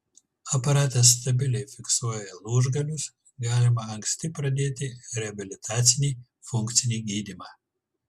aparatas stabiliai fiksuoja lūžgalius galima anksti pradėti reabilitacinį funkcinį gydymą